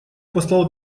послал